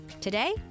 Today